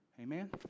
Amen